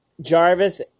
Jarvis